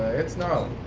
it's gnarly.